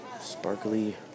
Sparkly